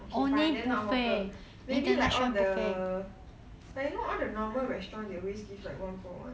okay fine then not hawker maybe like all the like you know all the normal restaurant they always give like one for one